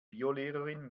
biolehrerin